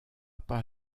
pas